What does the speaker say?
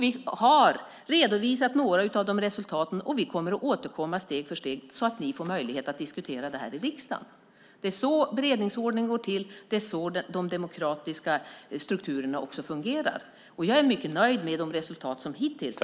Vi har redovisat några av resultaten, och vi kommer att återkomma steg för steg så att ni får möjlighet att diskutera detta i riksdagen. Det är så beredningsprocessen går till, och det är så som de demokratiska strukturerna också fungerar. Jag är mycket nöjd med resultaten hittills.